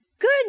Good